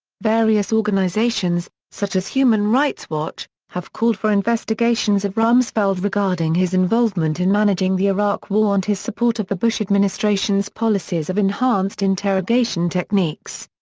various organizations, such as human rights watch, have called for investigations of rumsfeld regarding his involvement in managing the iraq war and his support of the bush administration's policies of enhanced interrogation techniques.